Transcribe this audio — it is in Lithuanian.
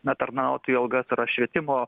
na tranautojų algas ar švietimo